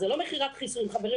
זה לא מכירת חיסול, חברים.